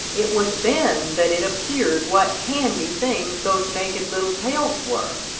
it was then that it appeared what handy things those naked little tails were.